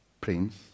prince